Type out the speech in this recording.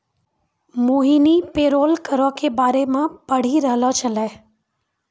मोहिनी payroll करो के बारे मे पढ़ि रहलो छलै